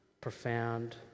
profound